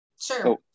Sure